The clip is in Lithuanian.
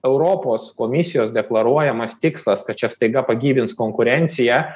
europos komisijos deklaruojamas tikslas kad čia staiga pagyvins konkurenciją